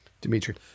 Dimitri